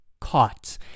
caught